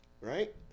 Right